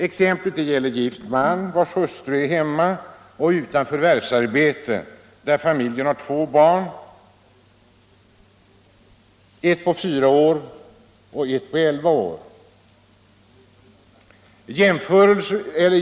Exemplet gäller gift man vars hustru är hemma och utan förvärvsarbete. Familjen har två barn, ett på fyra år och ett på elva år.